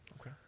Okay